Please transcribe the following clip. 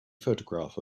photograph